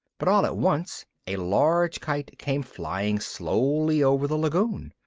but all at once a large kite came flying slowly over the lagoon.